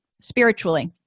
spiritually